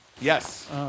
Yes